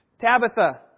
Tabitha